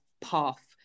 path